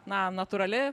na natūrali